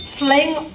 Fling